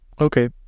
Okay